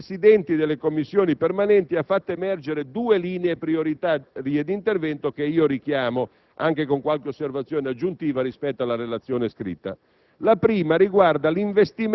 In proposito, la riunione dei Presidenti delle Commissioni permanenti ha fatto emergere due linee prioritarie di intervento, che io richiamo anche con qualche osservazione aggiuntiva rispetto alla relazione scritta.